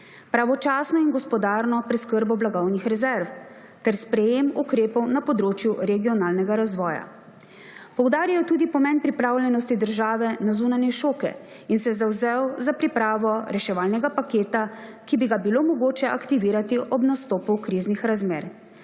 pravočasno in gospodarno preskrbo blagovnih rezerv ter sprejetje ukrepov na področju regionalnega razvoja. Poudaril je tudi pomen pripravljenosti države na zunanje šoke in se zavzel za pripravo reševalnega paketa, ki bi ga bilo mogoče aktivirati ob nastopu kriznih razmer.